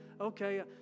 okay